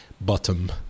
bottom